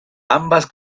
ambas